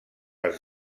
els